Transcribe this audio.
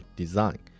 design